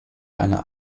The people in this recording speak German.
einer